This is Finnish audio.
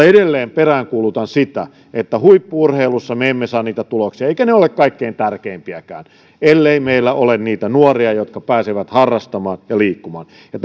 edelleen peräänkuulutan sitä että huippu urheilussa me emme saa niitä tuloksia eivätkä ne ole kaikkein tärkeimpiäkään ellei meillä ole niitä nuoria jotka pääsevät harrastamaan ja liikkumaan ja